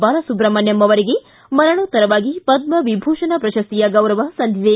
ಬಾಲಸುಬ್ರಹ್ಮಣ್ಯಂ ಅವರಿಗೆ ಮರಣೋತ್ತರವಾಗಿ ಪದ್ದವಿಭೂಷಣ ಪ್ರಶಸ್ತಿಯ ಗೌರವ ಸಂದಿದೆ